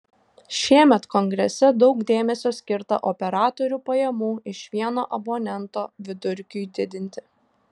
šiemet kongrese daug dėmesio skirta operatorių pajamų iš vieno abonento vidurkiui didinti